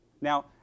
Now